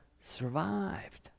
survived